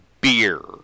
beer